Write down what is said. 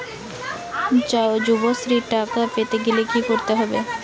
যুবশ্রীর টাকা পেতে গেলে কি করতে হবে?